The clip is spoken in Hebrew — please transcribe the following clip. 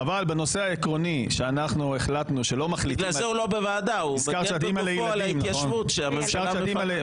לכן הוא לא בוועדה אלא הוא מגן בגופו על ההתיישבות.